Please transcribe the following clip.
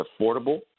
affordable